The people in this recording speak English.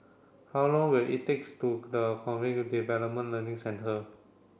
how long will it takes to the Cognitive Development Learning Centre